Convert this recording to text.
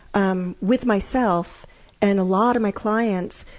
um with myself and a lot of my clients,